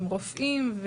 עם רופאים.